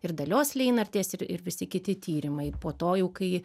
ir dalios leinartės ir ir visi kiti tyrimai po to jau kai